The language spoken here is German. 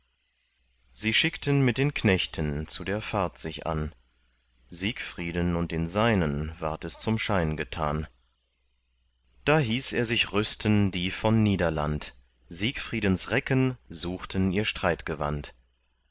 sie schickten mit den knechten zu der fahrt sich an siegfrieden und den seinen ward es zum schein getan da hieß er sich rüsten die von niederland siegfriedens recken suchten ihr